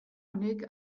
honek